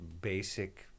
basic